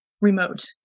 remote